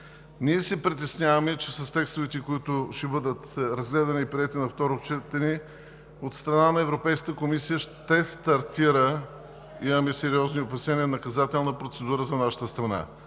Ние се притесняваме, че с текстовете, които ще бъдат разгледани и приети на второ четене, от страна на Европейската комисия ще стартира, имаме сериозни опасения, наказателна процедура за нашата страна.